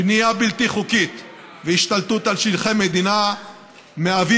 בנייה בלתי חוקית והשתלטות על שטחי מדינה מהוות